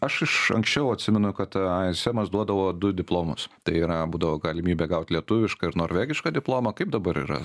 aš iš anksčiau atsimenu kad aiesemas duodavo du diplomus tai yra būdavo galimybė gaut lietuvišką ir norvegišką diplomą kaip dabar yra